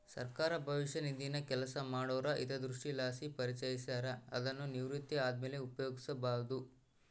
ಸರ್ಕಾರ ಭವಿಷ್ಯ ನಿಧಿನ ಕೆಲಸ ಮಾಡೋರ ಹಿತದೃಷ್ಟಿಲಾಸಿ ಪರಿಚಯಿಸ್ಯಾರ, ಅದುನ್ನು ನಿವೃತ್ತಿ ಆದ್ಮೇಲೆ ಉಪಯೋಗ್ಸ್ಯಬೋದು